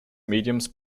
mediums